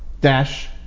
dash